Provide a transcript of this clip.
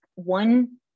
One